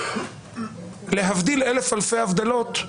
להבדיל אלף אלפי הבדלות,